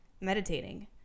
meditating